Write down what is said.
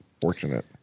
fortunate